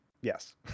yes